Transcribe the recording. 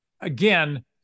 again